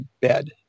bed